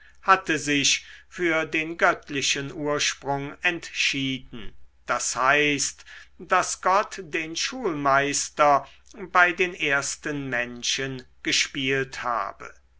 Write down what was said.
hatte sich für den göttlichen ursprung entschieden das heißt daß gott den schulmeister bei den ersten menschen gespielt habe